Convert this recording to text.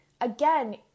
again